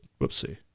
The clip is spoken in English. whoopsie